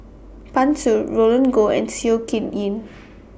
Pan Shou Roland Goh and Seow Yit Kin